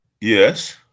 Yes